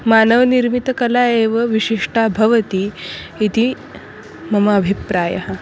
मानवनिर्मितकला एव विशिष्टा भवति इति मम अभिप्रायः